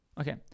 okay